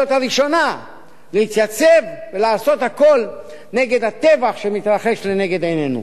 הראשונה להתייצב ולעשות הכול נגד הטבח שמתרחש לנגד עינינו.